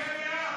נהיה בעד.